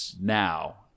Now